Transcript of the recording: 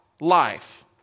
life